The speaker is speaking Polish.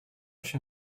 się